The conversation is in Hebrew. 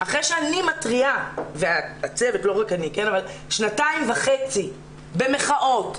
אחרי שאני והצוות מתריעים שנתיים וחצי במחאות,